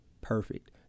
perfect